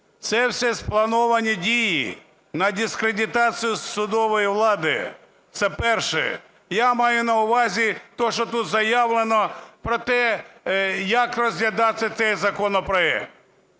це все сплановані дії на дискредитацію судової влади. Це перше. Я маю на увазі то, що тут заявлено про те, як розглядався цей законопроект.